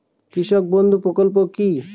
কৃষক বন্ধু প্রকল্প কি?